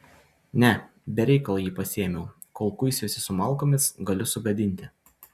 ne be reikalo jį pasiėmiau kol kuisiuosi su malkomis galiu sugadinti